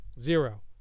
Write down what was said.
Zero